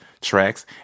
tracks